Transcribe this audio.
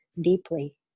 deeply